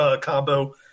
combo